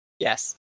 Yes